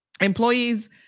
Employees